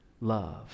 love